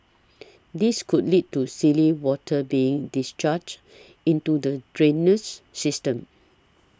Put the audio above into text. this could lead to silty water being discharged into the drainage system